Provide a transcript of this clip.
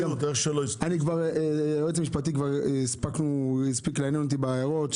היועץ המשפטי הספיק לעניין אותי בהערות,